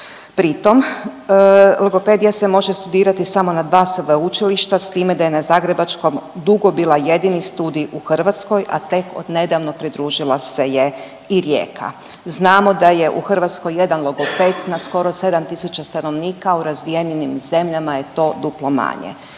Pri tom, logopedija se može studirati samo na dva sveučilišta, s time da je na zagrebačkom dugo bila jedini studij u Hrvatskoj, a tek odnedavno pridružila se je i Rijeka. Znamo da je u Hrvatskoj jedan logoped na skoro 7000 stanovnika, u razvijenim zemljama je to duplo manje